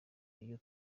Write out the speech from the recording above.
iyo